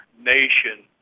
nation